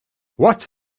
what